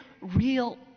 real